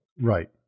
right